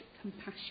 compassion